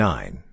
Nine